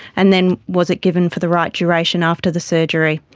and then was it given for the right duration after the surgery?